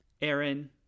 Aaron